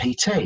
PT